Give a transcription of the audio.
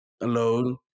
alone